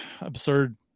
absurd